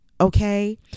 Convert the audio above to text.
Okay